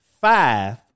five